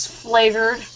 Flavored